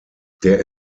der